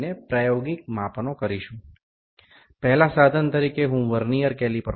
আমি এখানে প্রথম যে সরঞ্জামটি নির্বাচন করব তা হল ভার্নিয়ার ক্যালিপার